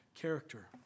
character